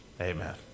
Amen